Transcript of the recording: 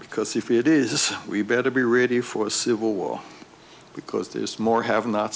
because if it is we better be ready for a civil war because there's more have no